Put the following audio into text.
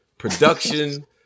Production